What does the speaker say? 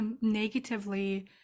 negatively